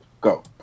go